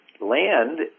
land